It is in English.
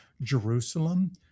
Jerusalem